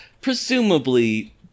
presumably